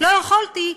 לא יכולתי,